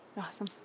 Awesome